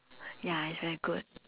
ya it's very good